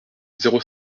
zéro